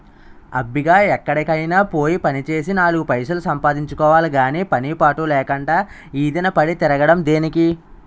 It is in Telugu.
అబ్బిగా ఎక్కడికైనా పోయి పనిచేసి నాలుగు పైసలు సంపాదించుకోవాలి గాని పని పాటు లేకుండా ఈదిన పడి తిరగడం దేనికి?